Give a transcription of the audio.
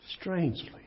strangely